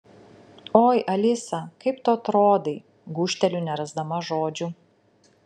oi alisa kaip tu atrodai gūžteliu nerasdama žodžių